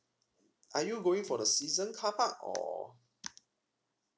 are you going for the season carpark or